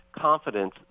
confidence